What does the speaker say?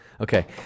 Okay